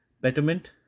betterment